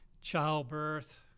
Childbirth